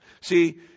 See